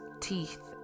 teeth